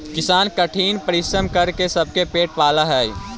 किसान कठिन परिश्रम करके सबके पेट पालऽ हइ